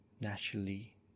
naturally